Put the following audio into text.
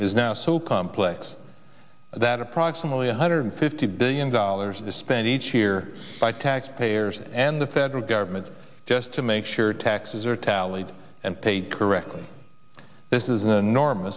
is now so complex that approximately one hundred fifty billion dollars to spend each year by taxpayers and the federal government just to make sure taxes are tallied and paid correctly this is an enorm